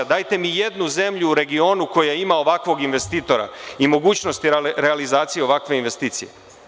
Dajte mi jednu zemlju u regionu koja ima ovakvog investitora i mogućnost realizacije ovakve investicije.